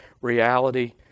reality